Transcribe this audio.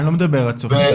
אני לא מדבר על עד סוף שנה.